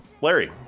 Larry